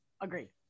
Agree